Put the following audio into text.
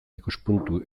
ikuspuntu